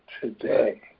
today